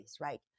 right